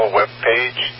webpage